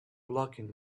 blocking